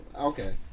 Okay